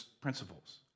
principles